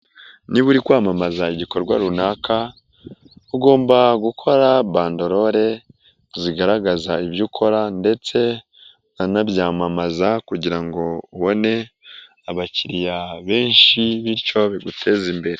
Niba uri kwamamaza igikorwa runaka, ugomba gukora bandolore zigaragaza ibyo ukora ndetse ukanabyamamaza kugira ngo ubone abakiriya benshi bityo biguteze imbere.